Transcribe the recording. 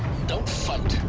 don't fight.